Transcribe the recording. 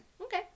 Okay